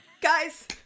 Guys